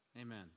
Amen